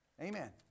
Amen